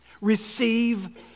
receive